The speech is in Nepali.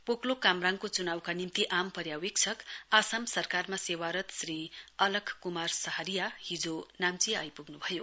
पोक्लोक कामराङको चुनाउका निम्ति आम पर्यावेक्षक आसाम सरकारमा सेवारत श्री आलक कुमार सहारिया हिजो नाम्ची आइपुग्नु भयो